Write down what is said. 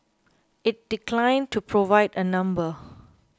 it declined to provide a number